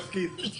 בגימטריה זו מחמאה.